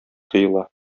тоела